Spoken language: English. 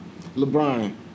LeBron